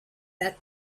that